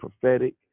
prophetic